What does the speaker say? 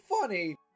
funny